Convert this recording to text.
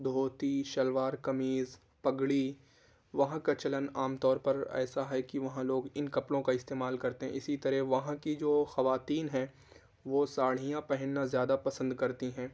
دھوتی شلوار قمیض پگڑی وہاں کا چلن عام طور پر ایسا ہے کہ وہاں لوگ ان کپڑوں کا استعمال کرتے ہیں اسی طرح وہاں کی جو خواتین ہیں وہ ساڑھیاں پہننا زیادہ پسند کرتی ہیں